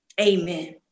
Amen